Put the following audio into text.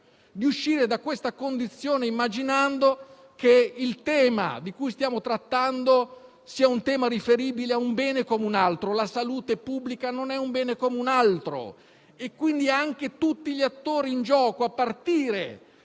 di uscire da questa condizione considerando che il tema di cui stiamo trattando sia riferibile a un bene come un altro. La salute pubblica non è un bene come un altro, pertanto anche tutti gli attori in gioco, a partire